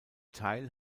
teil